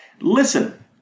Listen